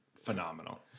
phenomenal